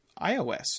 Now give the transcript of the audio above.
iOS